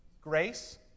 Grace